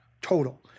total